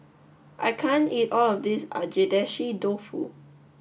I can't eat all of this Agedashi Dofu